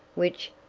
which,